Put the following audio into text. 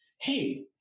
hey